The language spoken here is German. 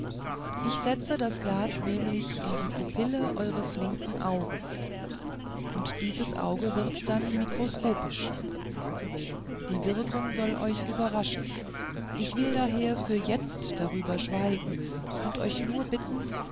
ich setze das glas nämlich in die pupille eures linken auges und dieses auge wird dann mikroskopisch die wirkung soll euch überraschen ich will daher für jetzt darüber schweigen und euch nur bitten